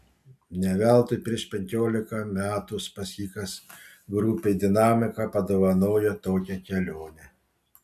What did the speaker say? ne veltui prieš penkiolika metų uspaskichas grupei dinamika padovanojo tokią kelionę